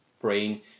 brain